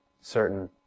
certain